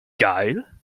geil